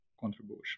contribution